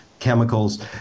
Chemicals